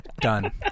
done